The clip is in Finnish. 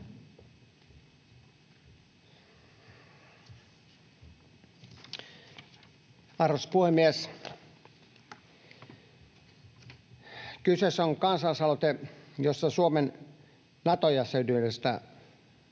Arvoisa puhemies! Kyseessä on kansalaisaloite, jossa Suomen Nato-jäsenyydestä